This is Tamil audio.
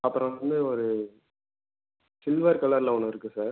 அப்புறம் வந்து ஒரு சில்வர் கலரில் ஒன்று இருக்குது சார்